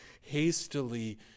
hastily